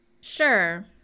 Sure